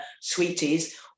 sweeties